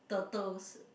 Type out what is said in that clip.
turtles